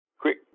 quick